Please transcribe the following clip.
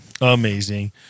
Amazing